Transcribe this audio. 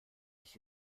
nicht